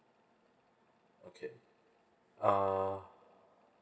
okay uh